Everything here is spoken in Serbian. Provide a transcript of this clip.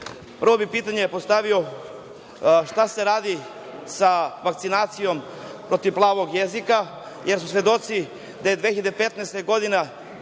pitanje bih postavio – šta se radi sa vakcinacijom protiv plavog jezika, jer smo svedoci da je 2015. godine